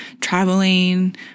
traveling